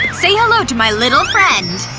say hello to my little friend.